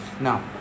Now